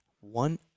One